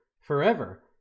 forever